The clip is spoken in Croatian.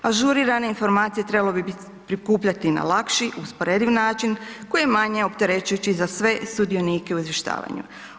Ažurirane informacije trebalo bi prikupljati na lakši, usporediv način, koji je manje opterećujući za sve sudionike u izvještavanju.